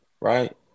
right